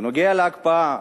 בנוגע להקפאה,